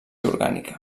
orgànica